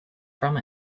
from